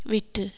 விட்டு